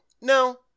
no